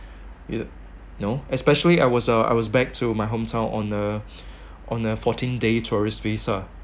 yeah no especially I was uh I was back to my hometown on a on a fourteen day tourist visa